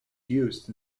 used